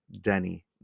Denny